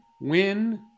win